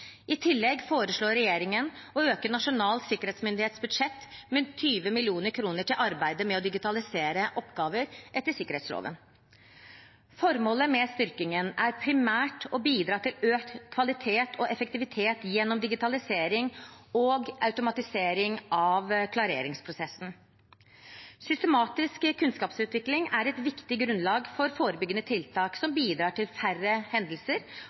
i nødnett. I tillegg foreslår regjeringen å øke Nasjonal sikkerhetsmyndighets budsjett med 20 mill. kr til arbeidet med å digitalisere oppgaver etter sikkerhetsloven. Formålet med styrkingen er primært å bidra til økt kvalitet og effektivitet gjennom digitalisering og automatisering av klareringsprosessen. Systematisk kunnskapsutvikling er et viktig grunnlag for forebyggende tiltak som bidrar til færre hendelser